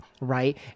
right